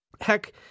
Heck